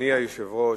אדוני היושב-ראש,